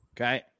okay